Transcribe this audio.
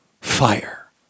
fire